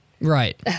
Right